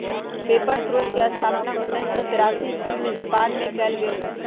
paper स्रोतके स्थापना उनइस सौ तेरासी इस्बी में जापान मे कएल गेल रहइ